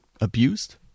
abused